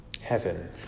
Heaven